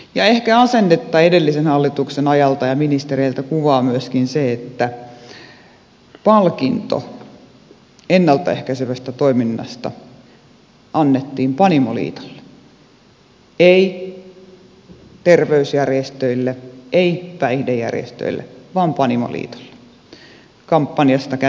ehkä asennetta edellisen hallituksen ajalta ja ministereiltä kuvaa myöskin se että palkinto ennalta ehkäisevästä toiminnasta annettiin panimoliitolle ei terveysjärjestöille ei päihdejärjestöille vaan panimoliitolle kampanjasta kännissä olet ääliö